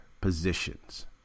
positions